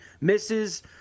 misses